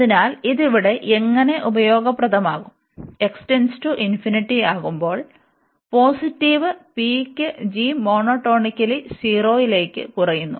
അതിനാൽ ഇത് ഇവിടെ എങ്ങനെ ഉപയോഗപ്രദമാകും ആകുമ്പോൾ പോസിറ്റീവ് p ക്ക് g മോനോടോണിക്കലി 0ലേക് കുറയുന്നു